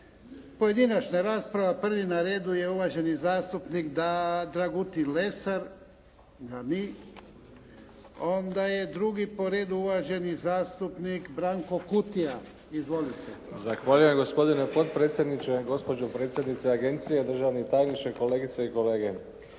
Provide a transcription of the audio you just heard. Pojedinačna rasprava. Prvi na redu je uvaženi zastupnik Dragutin Lesar. Ga ni? Onda je drugi po redu uvaženi zastupnik Branko Kutija. Izvolite. **Kutija, Branko (HDZ)** Zahvaljujem gospodine potpredsjedniče, gospođo predsjednice agencije, državni tajniče, kolegice i kolege.